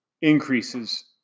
increases